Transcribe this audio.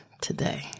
today